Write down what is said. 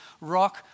rock